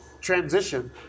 transition